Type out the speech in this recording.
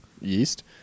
yeast